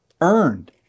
earned